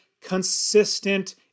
consistent